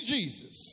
Jesus